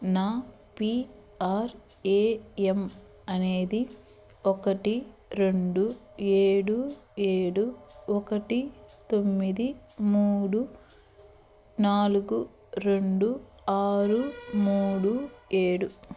నా P R A M అనేది ఒకటి రెండు ఏడు ఏడు ఒకటి తొమ్మిది మూడు నాలుగు రెండు ఆరు మూడు ఏడు